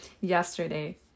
yesterday